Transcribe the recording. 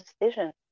decision